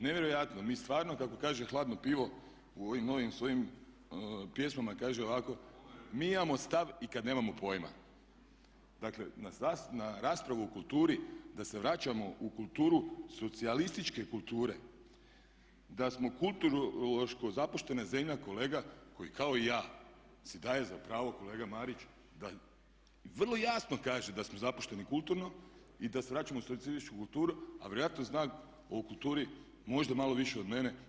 Nevjerojatno, mi stvarno kako kaže "Hladno pivo" u ovim novim svojim pjesmama kaže ovako: "Mi imamo stav i kad nemamo pojma." Dakle, na raspravu o kulturi da se vraćamo u kulturu socijalističke kulture, da smo kulturološko zapuštena zemlja kolega koji kao i ja si daje za pravo kolega Marić da vrlo jasno kaže da smo zapušteni kulturno i da se vraćamo u socijalističku kulturu, a vjerojatno zna o kulturi možda malo više od mene.